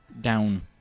down